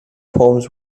poems